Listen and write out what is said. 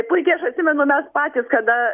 puikiai aš atsimenu mes patys kada